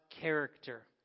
character